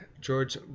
George